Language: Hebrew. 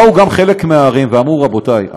באו גם חלק מהערים ואמרו: רבותי,